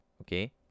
Okay